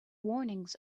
warnings